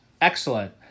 Excellent